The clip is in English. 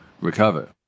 recover